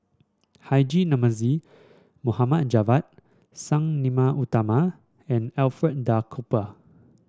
Haji Namazie Mohd Javad Sang Nila Utama and Alfred Duff Cooper